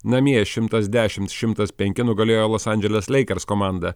namie šimtas dešimt šimtas penki nugalėjo los andželes leikers komandą